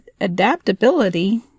adaptability